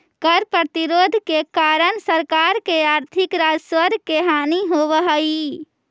कर प्रतिरोध के कारण सरकार के आर्थिक राजस्व के हानि होवऽ हई